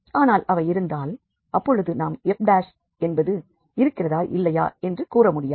ஆனால் அவை இருந்தால் அப்பொழுது நாம் f என்பது இருக்கிறதா இல்லையா என்று கூற முடியாது